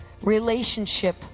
RELATIONSHIP